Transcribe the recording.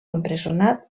empresonat